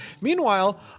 Meanwhile